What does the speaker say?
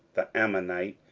the ammonite,